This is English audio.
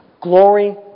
Glory